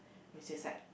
which is at